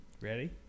Ready